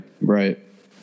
right